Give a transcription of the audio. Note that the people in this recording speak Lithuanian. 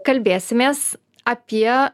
kalbėsimės apie